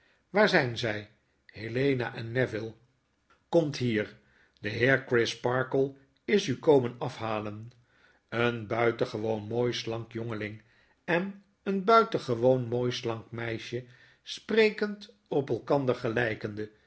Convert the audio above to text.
waar zyn zy henela en neville komt hier de heer crisparkle is u komen afhalen een buitengewoon mooi slank jongeling en een buitengewoon mooi slank meisje sprekend op elkander gelykende